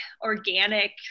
organic